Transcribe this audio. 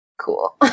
cool